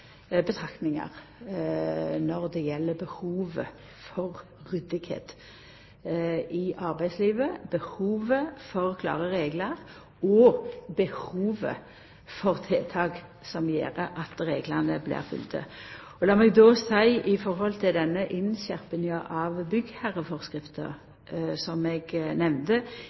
når det gjeld behovet for ryddige forhold i arbeidslivet, behovet for klåre reglar og behovet for tiltak som gjer at reglane blir følgde. Lat meg då seia at når det gjeld innskjerpinga av byggherreføresegna, som eg nemnde